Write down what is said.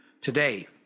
today